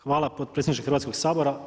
Hvala potpredsjedniče Hrvatskog sabora.